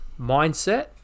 mindset